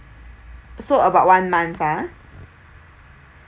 so about one month ha